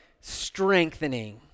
strengthening